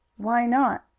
why not?